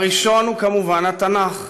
הראשון הוא כמובן התנ"ך,